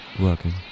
working